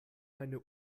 meine